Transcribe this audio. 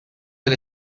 del